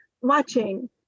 watching